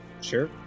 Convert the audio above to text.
Sure